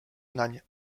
nań